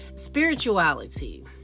spirituality